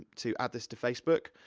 to add this to facebook.